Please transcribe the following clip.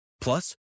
Plus